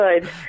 good